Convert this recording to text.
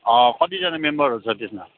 कतिजना मेम्बरहरू छ त्यसमा